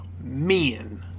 men